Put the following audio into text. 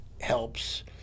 helps